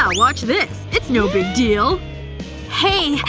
um watch this! it's no big deal hey,